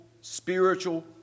spiritual